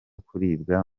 kuribwa